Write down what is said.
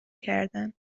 کردن